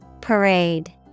Parade